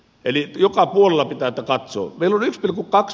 eli joka puolella pitää tätä katsoa